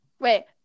Wait